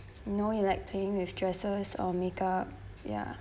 know you like playing with dresses or make up ya